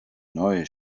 neue